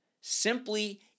Simply